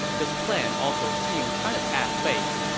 this plan also seems kind of half-baked.